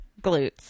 glutes